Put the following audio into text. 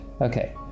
Okay